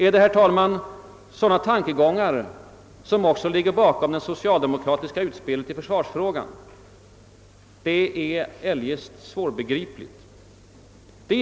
Är det, herr talman, sådana tankegångar som också ligger bakom det socialdemokratiska utspelet i försvarsfrågan? Det är eljest svårbegripligt.